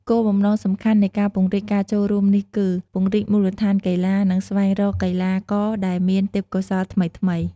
គោលបំណងសំខាន់នៃការពង្រីកការចូលរួមនេះគឺ ពង្រីកមូលដ្ឋានកីឡា និងស្វែងរកកីឡាករដែលមានទេពកោសល្យថ្មីៗ។